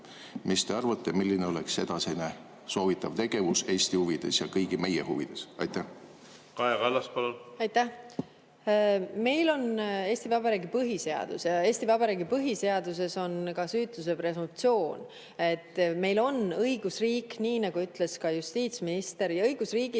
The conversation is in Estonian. mis te arvate, milline oleks edasine soovitatav tegevus Eesti huvides ja kõigi meie huvides? Kaja Kallas, palun! Kaja Kallas, palun! Aitäh! Meil on Eesti Vabariigi põhiseadus ja Eesti Vabariigi põhiseaduses on ka süütuse presumptsioon. Meil on õigusriik, nii nagu ütles ka justiitsminister, ja õigusriigis